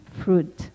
fruit